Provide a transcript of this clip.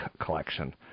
collection